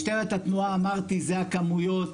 משטרת התנועה, אמרתי, זה הכמויות.